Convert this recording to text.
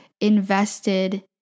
invested